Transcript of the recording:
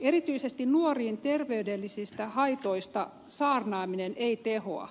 erityisesti nuoriin terveydellisistä haitoista saarnaaminen ei tehoa